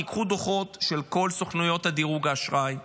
תיקחו דוחות של כל סוכנויות הדירוג האשראי,